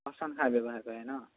পাচনসাৰ ব্যৱহাৰ কৰে ন